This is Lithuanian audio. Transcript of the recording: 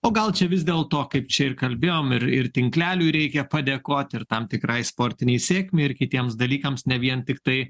o gal čia vis dėl to kaip čia ir kalbėjom ir ir tinkleliui reikia padėkot ir tam tikrai sportinei sėkmei ir kitiems dalykams ne vien tiktai